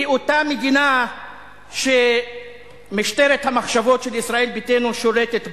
היא אותה מדינה שמשטרת המחשבות של ישראל ביתנו שולטת בה,